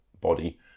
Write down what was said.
body